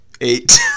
Eight